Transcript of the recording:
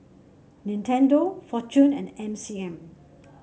Nintendo Fortune and M C M